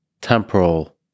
temporal